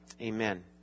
Amen